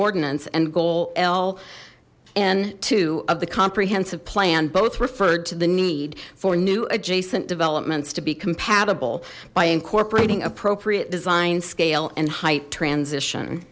ordinance and goal ln of the comprehensive plan both referred to the need for new adjacent developments to be compatible by incorporating appropriate design scale and height transition